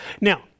Now